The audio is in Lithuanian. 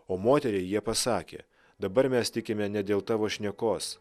o moteriai jie pasakė dabar mes tikime ne dėl tavo šnekos